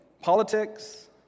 politics